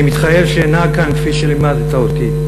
אני מתחייב שאנהג כאן כפי שלימדת אותי,